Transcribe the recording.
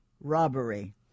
robbery